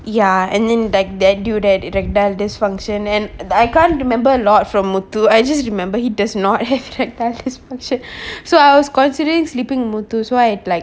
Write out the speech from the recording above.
ya and then like that dude right erectile dysfunction and I can't remember a lot from muthu I just remember he does not have erectile dysfunction so I was considering sleeping with muthu so I like